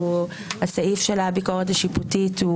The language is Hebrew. הסעיף של הביקורת השיפוטית,